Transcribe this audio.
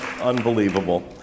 unbelievable